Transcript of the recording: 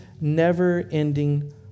never-ending